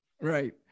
Right